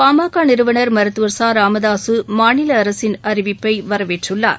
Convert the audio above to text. பாமக நிறுவனர் மருத்துவர் ச ராமதாசு மாநில அரசின் அறிவிப்பை வரவேற்றுள்ளார்